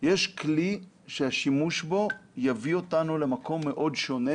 יש כלי שהשימוש בו יביא אותנו למקום מאוד שונה,